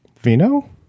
Vino